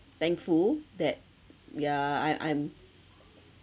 thankful that yeah I~ I'm